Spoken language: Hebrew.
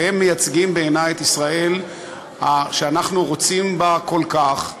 והם מייצגים בעיני את ישראל שאנחנו רוצים בה כל כך,